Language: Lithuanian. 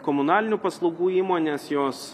komunalinių paslaugų įmonės jos